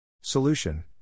Solution